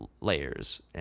Layers